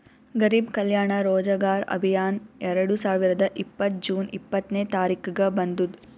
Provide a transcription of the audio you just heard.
ಗರಿಬ್ ಕಲ್ಯಾಣ ರೋಜಗಾರ್ ಅಭಿಯಾನ್ ಎರಡು ಸಾವಿರದ ಇಪ್ಪತ್ತ್ ಜೂನ್ ಇಪ್ಪತ್ನೆ ತಾರಿಕ್ಗ ಬಂದುದ್